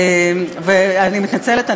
אני מתנצלת,